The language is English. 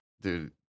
dude